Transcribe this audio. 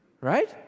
right